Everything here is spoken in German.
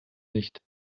nicht